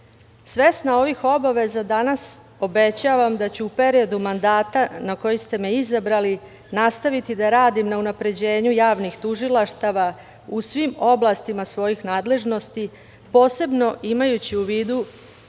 delo. Svesna ovih obaveza, danas obećavam da ću u periodu mandata na koji ste me izabrali nastaviti da radim na unapređenju javnih tužilaštava u svim oblastima svojih nadležnosti, posebno imajući u vidu